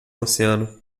oceano